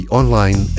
online